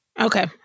Okay